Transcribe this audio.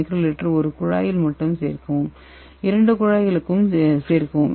33µl ஐ ஒரு குழாயில் மட்டும் சேர்க்கவும் இரண்டு குழாய்களுக்கும் சேர்க்கவும்